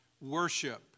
worship